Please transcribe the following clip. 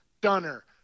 Dunner